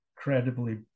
incredibly